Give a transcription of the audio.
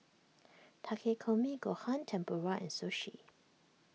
Takikomi Gohan Tempura and Sushi